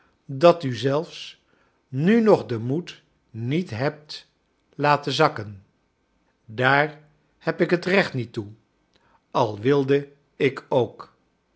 dat u zelfs mi nog den moed niet hebt laten zakken daar heb ik het recht niet toe al wilde ik ook